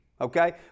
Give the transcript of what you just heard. Okay